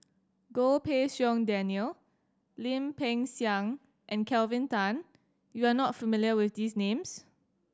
Goh Pei Siong Daniel Lim Peng Siang and Kelvin Tan you are not familiar with these names